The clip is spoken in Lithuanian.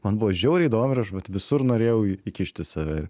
man buvo žiauriai įdomu ir aš vat visur norėjau įkišti save